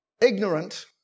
ignorant